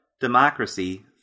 democracy